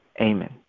Amen